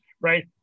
Right